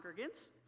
congregants